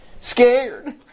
Scared